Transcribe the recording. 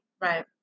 Right